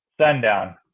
Sundown